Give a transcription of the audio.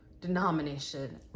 denomination